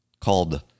called